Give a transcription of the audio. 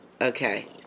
Okay